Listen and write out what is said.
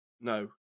No